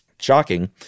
shocking